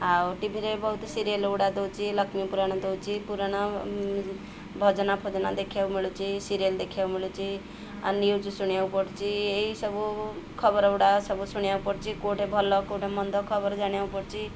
ଆଉ ଟିଭିରେ ବହୁତ ସିରିଏଲ୍ ଗୁଡ଼ା ଦେଉଛି ଲକ୍ଷ୍ମୀ ପୁରାଣ ଦେଉଛି ପୁରାଣ ଭଜନ ଫଜନ ଦେଖିବାକୁ ମିଳୁଛି ସିରିଏଲ୍ ଦେଖିବାକୁ ମିଳୁଛି ଆଉ ନ୍ୟୁଜ୍ ଶୁଣିବାକୁ ପଡ଼ୁଛି ଏଇସବୁ ଖବର ଗୁଡ଼ା ସବୁ ଶୁଣିବାକୁ ପଡ଼ୁଛି କେଉଁଠି ଭଲ କେଉଁଠି ମନ୍ଦ ଖବର ଜାଣିବାକୁ ପଡ଼ୁଛି